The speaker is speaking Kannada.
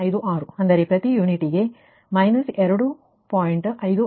056 ಅಂದರೆ ಪ್ರತಿ ಯೂನಿಟ್'ಗೆ −2